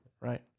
right